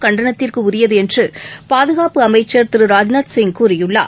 கண்டனத்துக்குரியதுஎன்றுபாதுகாப்பு அமைச்சர் திரு ராஜ்நாத் சிங் கூறியுள்ளார்